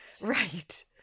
Right